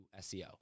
SEO